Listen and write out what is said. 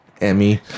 Emmy